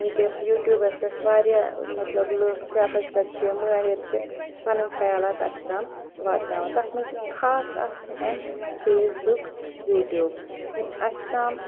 وٕنۍکٮ۪س یوٗٹیوٗبَس پٮ۪ٹھ واریاہ مطلب لُکھ پرٛوفٮ۪سَر چھِ یا مٲہِر چھِ پَنٕنۍ خیالات اَسہِ تام واتناوان تَتھ منٛز چھِ خاص اَکھ اہم فیس بُک یوٗٹیوٗب یِم اَسہِ تام